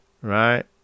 Right